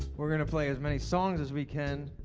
we're gonna play as many songs as we can,